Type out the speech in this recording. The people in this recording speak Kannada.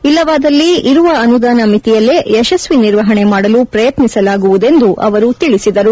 ಇಲ್ಲವಾದಲ್ಲಿ ಇರುವ ಅನುದಾನ ಮಿತಿಯಲ್ಲೇ ಯಶಸ್ವಿ ನಿರ್ವಹಣೆ ಮಾಡಲು ಪ್ರಯತ್ನಿಸಲಾಗುವುದೆಂದು ತಿಳಿಸಿದರು